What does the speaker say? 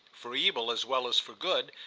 for evil as well as for good,